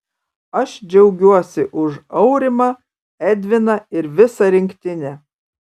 aš džiaugiuosi už aurimą edviną ir visą rinktinę